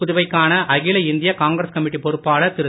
புதுவை க்கான அகில இந்திய காங்கிரஸ் கமிட்டி பொறுப்பாளர் திரு